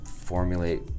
formulate